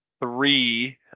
three